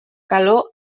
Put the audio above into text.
calor